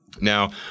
Now